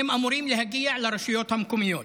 והם אמורים להגיע לרשויות המקומיות,